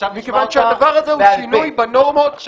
מכיוון שהדבר הזה הוא שינוי בנורמות שמקובלות.